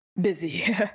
busy